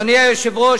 אדוני היושב-ראש,